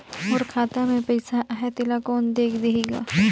मोर खाता मे पइसा आहाय तेला कोन देख देही गा?